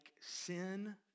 sin